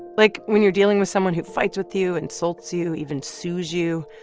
like, when you're dealing with someone who fights with you, insults you, even sues you,